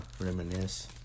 Reminisce